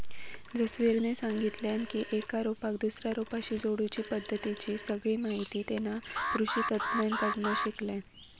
जसवीरने सांगितल्यान की एका रोपाक दुसऱ्या रोपाशी जोडुची पद्धतीची सगळी माहिती तेना कृषि तज्ञांकडना शिकल्यान